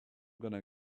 gonna